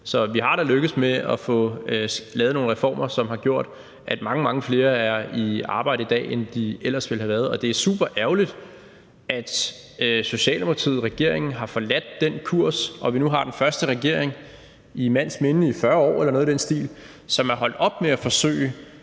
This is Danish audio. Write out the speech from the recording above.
Så vi er da lykkedes med at få lavet nogle reformer, som har gjort, at mange, mange flere er i arbejde i dag, end de ellers ville have været. Og det er super ærgerligt, at Socialdemokratiet og regeringen har forladt den kurs, og at vi nu har den første regering i mands minde, i 40 år eller noget i den stil, som er holdt op med at forsøge